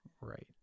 Right